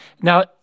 now